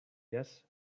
yes